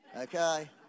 Okay